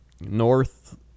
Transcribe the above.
North